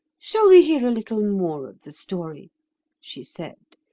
shall we hear a little more of the story she said.